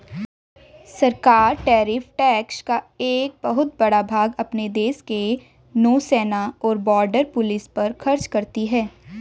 सरकार tariff tax का एक बहुत बड़ा भाग अपने देश के नौसेना और बॉर्डर पुलिस पर खर्च करती हैं